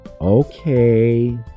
Okay